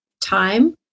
time